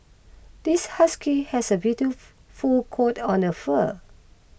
this husky has a beautiful coat one the fur